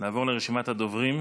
נעבור לרשימת הדוברים.